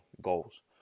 goals